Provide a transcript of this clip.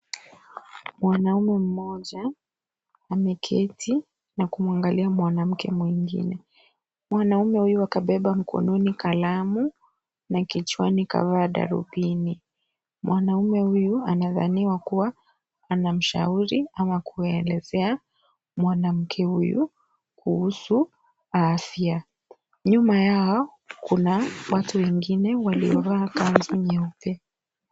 Mwanamme mmoja ameketi na kumwangalia mwanamke mwingine. Mwanamme huyo kabeba mkononi kalamu na kichwani kavaa darubini. Mwanaume huyu anadhaniwa kuwa anamshauri ama kuelezea mwanamke huyu kuhusu afya. Nyuma yao kuna watu wengine waliovaa kanzu nyeupe.